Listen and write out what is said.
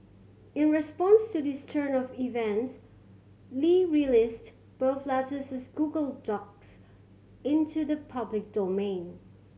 in response to this turn of events Li released both letters as Google Docs into the public domain